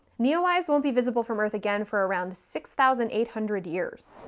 neowise won't be visible from earth again for around six thousand eight hundred years.